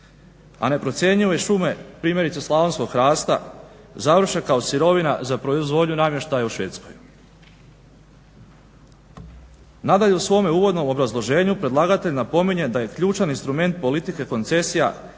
a neprocjenjive šume primjerice slavonskog hrasta završe kao sirovina za proizvodnju namještaja u Švedskoj. Nadalje, u svome uvodnom obrazloženju predlagatelj napominje da je ključan instrument politike koncesija